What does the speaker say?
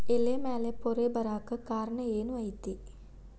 ಎಲೆ ಮ್ಯಾಲ್ ಪೊರೆ ಬರಾಕ್ ಕಾರಣ ಏನು ಐತಿ?